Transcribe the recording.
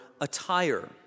attire